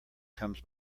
comes